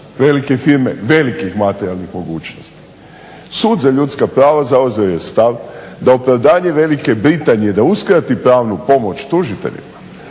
velike firme, velikih materijalnih mogućnosti. Sud za ljudska prava zauzeo je stav da opravdanje Velike Britanije da uskrati pravnu pomoć tužiteljima